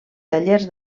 tallers